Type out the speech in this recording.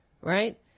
right